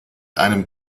einem